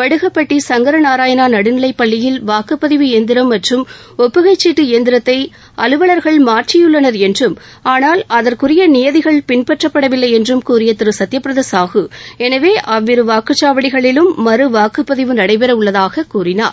வடுகப்பட்டி சங்கரநாராயணா நடுநிலைப்பள்ளியில் வாக்குப்பதிவு இயந்திரம் மற்றும் ஒப்புகைச்சீட்டு இயந்திரத்தை அலுவலர்கள் மாற்றியுள்ளனர் என்றும் ஆனால் அதற்குரிய நியதிகள் பின்பற்றப்படவில்லை என்றும் கூறிய திரு சத்யபிரத சாஹூ எனவே அவ்விரு வாக்குச்சாவடிகளிலும் மறுவாக்குப்பதிவு நடைபெறவுள்ளதாக கூறினார்